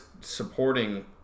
supporting